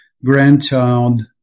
grandchild